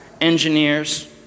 engineers